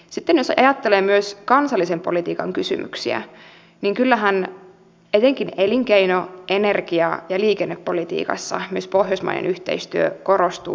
sitten jos ajattelee myös kansallisen politiikan kysymyksiä niin kyllähän etenkin elinkeino energia ja liikennepolitiikassa myös pohjoismainen yhteistyö korostuu erittäin paljon